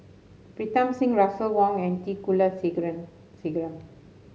Pritam Singh Russel Wong and T Kulasekaram